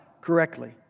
correctly